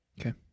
Okay